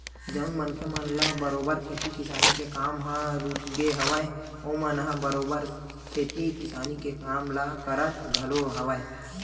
जउन मनखे मन ल बरोबर खेती किसानी के काम ह रुचगे हवय ओमन ह बरोबर खेती किसानी के काम ल करत घलो हवय